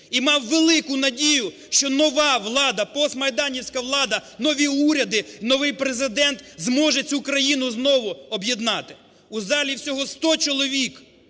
і мав велику надію, що нова влада, постмайданівська влада, нові уряди, новий Президент зможе цю країну знову об'єднати. У залі всього сто чоловік